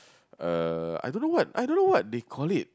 uh I don't know what I don't know what they call it